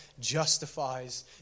justifies